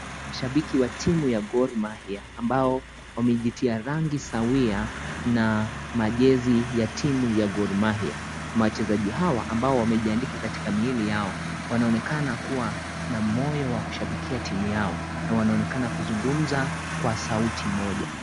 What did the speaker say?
Mashabiki wa timu ya Gor Mahia ambao wamejitia rangi sawia na majezi ya timu ya Gor Mahia, wachezaji hawa ambao wamejiandika katika miili yao, wanaonekana kuwa na moyo wa kushabikia timu yao, na wanaonekana kuzungumza kwa sauti moja.